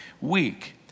week